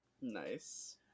Nice